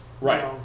Right